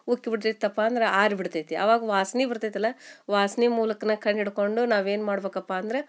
ಉಕ್ಕಿ ಬಿಡ್ತೈತಪ್ಪ ಅಂದ್ರೆ ಆರಿಬಿಡ್ತೈತಿ ಆವಾಗ ವಾಸ್ನೆ ಬರ್ತೈತಲ್ಲ ವಾಸ್ನೆ ಮೂಲಕ್ನೇ ಕಂಡುಹಿಡ್ಕೊಂಡು ನಾವು ಏನು ಮಾಡಬೇಕಪ್ಪ ಅಂದ್ರೆ